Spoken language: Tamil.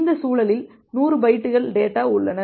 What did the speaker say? இந்த சூழலில் 100 பைட்டுகள் டேட்டா உள்ளன